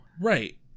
Right